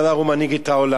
הוא מנהיג את העולם,